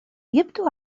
يبدو